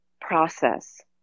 process